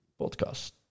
podcast